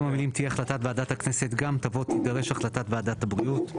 החלטת ועדת הכנסת גם' יבוא 'תידרש החלטת ועדת הבריאות'.